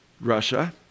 Russia